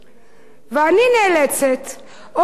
ואני נאלצת או להגיד לו: